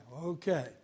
Okay